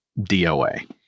DOA